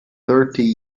thirty